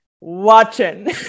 watching